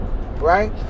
right